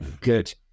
good